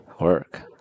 Work